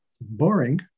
boring